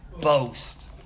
Boast